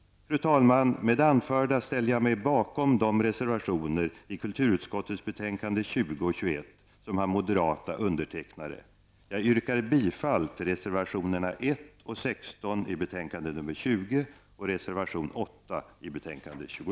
Fru talman! Med det anförda ställer jag mig bakom de reservationer i kulturutskottets betänkande 20 och 21 som har moderata undertecknare. Jag yrkar bifall till reservationerna 1 och 16 i betänkande 20